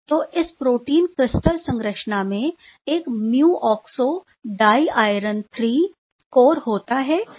तो इस protein crystal संरचना में एक mu oxo di iron III core होता है